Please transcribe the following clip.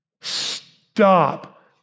Stop